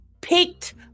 picked